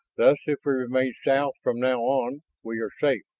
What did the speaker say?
thus, if we remain south from now on, we are safe.